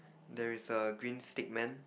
there is a green stickman